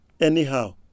Anyhow